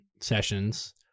sessions